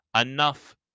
enough